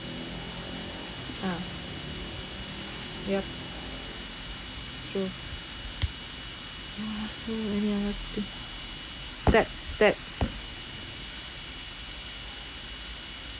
ah yup true ya so any other thing that that